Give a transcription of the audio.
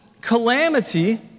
calamity